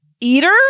eater